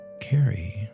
carry